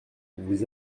vous